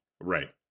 Right